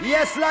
Yes